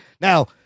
Now